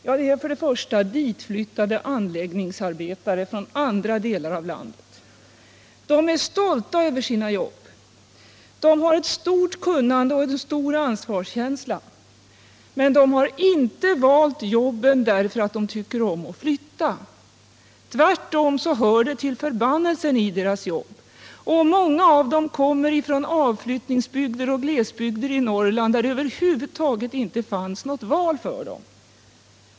Ja, det är för det första anläggningsarbetare från andra delar av landet. De är stolta över sina jobb. De har ett stort kunnande och en stor ansvarskänsla. Men de har inte valt jobben därför att de tycker om att flytta. Tvärtom hör det till förbannelsen i deras jobb. Många av dem kommer från avflyttningsbygder och glesbygder i Norrland, där det över huvud taget inte finns något val för dem.